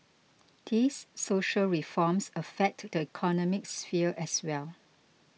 these social reforms affect the economic sphere as well